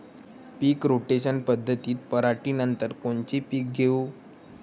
पीक rotation पद्धतीत पराटीनंतर कोनचे पीक घेऊ?